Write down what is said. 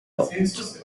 out